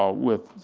ah with